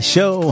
Show